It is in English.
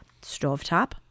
Stovetop